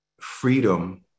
Freedom